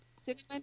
Cinnamon